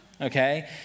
okay